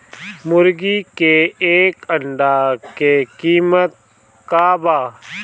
मुर्गी के एक अंडा के कीमत का बा?